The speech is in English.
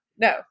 no